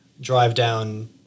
drive-down